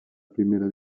primera